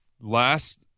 Last